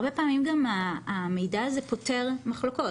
הרבה פעמים גם המידע הזה פותר מחלוקות.